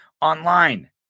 online